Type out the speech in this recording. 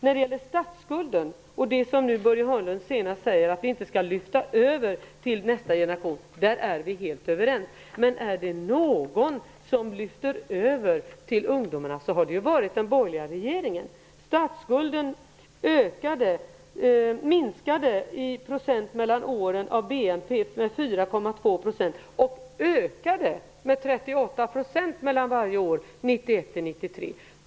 När det gäller det Börje Hörnlund säger om att vi inte skall lyfta över statsskulden till nästa generation är vi helt överens. Men är det någon som lyfter över till ungdomarna är det den borgerliga regeringen! Statsskulden, räknad i procent av BNP, minskade tidigare med 4,2 % mellan varje år, och den ökade med 38 % mellan varje år 1991--1993.